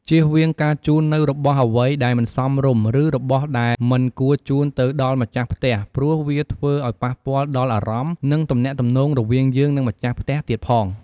ជៀសវៀងការជូននូវរបស់អ្វីដែលមិនសមរម្យឬរបស់ដែលមិនគួរជូនទៅដល់ម្ចាស់ផ្ទះព្រោះវាធ្វើឲ្យប៉ះពាល់ដល់អារម្មណ៏និងទំនាក់ទំនងរវាងយើងនិងម្ចាស់ផ្ទះទៀតផង។